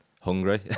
hungry